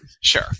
Sure